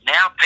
Now